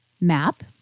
map